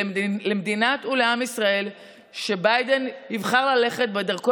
למדינת ישראל ולעם ישראל שביידן יבחר ללכת בדרכו